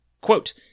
quote